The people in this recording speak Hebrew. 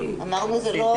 אמרנו שזה לא